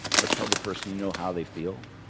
or tell the person you know how they feel,